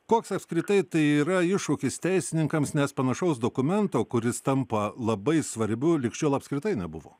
koks apskritai tai yra iššūkis teisininkams nes panašaus dokumento kuris tampa labai svarbiu lig šiol apskritai nebuvo